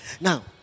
Now